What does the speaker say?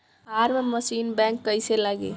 Form machine bank कईसे लागी?